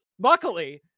Luckily